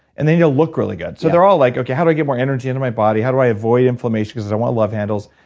and they need to look really good so they're all like, okay, how do i get more energy into my body, how do i avoid inflammation because i don't want love handles,